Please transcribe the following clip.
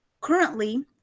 currently